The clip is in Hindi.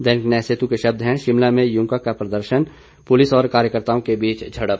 दैनिक न्याय सेतु के शब्द हैं शिमला में युकां का प्रदर्शन पुलिस और कार्यकर्त्ताओं के बीच झड़प